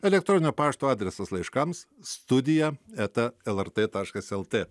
elektroninio pašto adresas laiškams studija eta el er t taškas el tė